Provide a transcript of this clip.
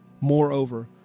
Moreover